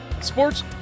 sports